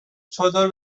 چادر